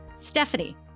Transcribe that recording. Stephanie